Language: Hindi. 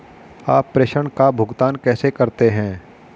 आप प्रेषण का भुगतान कैसे करते हैं?